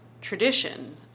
tradition